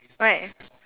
right